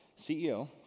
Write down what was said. CEO